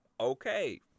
Okay